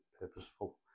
purposeful